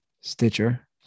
Stitcher